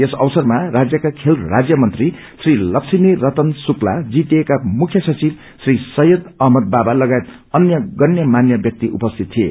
यस अवसरमा राज्यका खेल मंत्री श्री लक्ष्मी रतन शुक्ला जीटिए का मुख्य सचिव री सैयद अहमद बाबा लगायत अन्य गण्यमाण्य व्याक्ति उपस्थित थिए